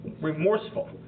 remorseful